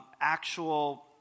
actual